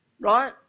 right